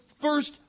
first